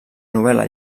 novel·la